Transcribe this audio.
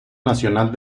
nacional